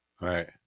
Right